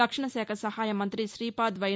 రక్షణ శాఖ సహాయ మంతి శీపాద్ వై